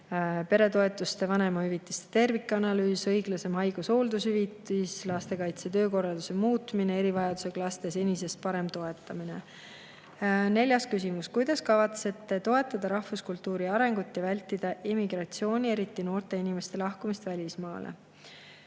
peretoetuste ja vanemahüvitiste tervikanalüüs, õiglasem haigus-hooldushüvitis, lastekaitsetöö korralduse muutmine, erivajadusega laste senisest parem toetamine. Neljas küsimus: "Kuidas kavatsete toetada rahvuskultuuri arengut ja vältida emigratsiooni, eriti noorte inimeste lahkumist välismaale?"